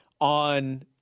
on